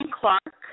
Clark